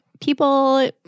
people